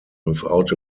without